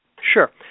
Sure